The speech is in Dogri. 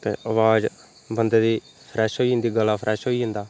ते अवाज बन्दे दी फ्रैश होई जंदी गला फ्रैश होई जन्दा